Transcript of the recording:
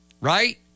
Right